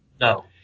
No